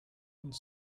one